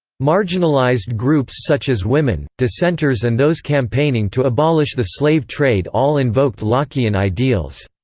marginalized groups such as women, dissenters and those campaigning to abolish the slave trade all invoked lockean ideals.